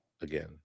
again